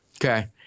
Okay